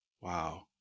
Wow